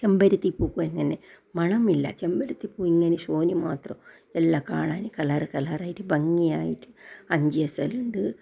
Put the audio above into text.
ചെമ്പരത്തി പൂവങ്ങനെ മണമില്ല ചെമ്പരത്തി പൂവ് ഇങ്ങനെ ഷോന് മാത്രം എല്ലാം കാണാന് കളറ് കളറായിട്ട് ഭംഗിയായിട്ട് അഞ്ചീസള്ണ്ട്